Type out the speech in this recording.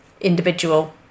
individual